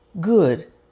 good